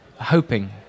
hoping